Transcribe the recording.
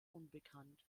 unbekannt